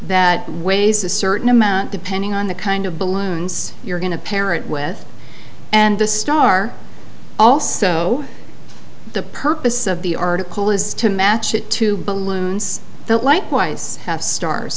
that weighs a certain amount depending on the kind of balloons you're going to pare it with and the star also the purpose of the article is to match it to balloons that likewise have stars